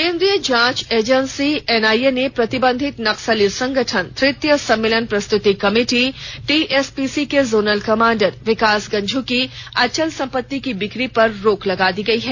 केंद्रीय जांच agency NIA ने प्रतिबंधित नक्सली संगठन तृतीय सम्मेलन प्रस्तृति कमेटी टीएसपीसी के जोनल कमांडर विकास गंझू की अचल संपत्ति की बिक्री पर रोक लगा दी गई है